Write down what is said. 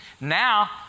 Now